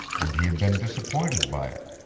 and he had been disappointed by it.